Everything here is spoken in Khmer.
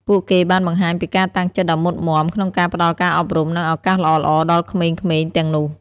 ពួកគេបានបង្ហាញពីការតាំងចិត្តដ៏មុតមាំក្នុងការផ្ដល់ការអប់រំ និងឱកាសល្អៗដល់ក្មេងៗទាំងនោះ។